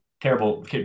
Terrible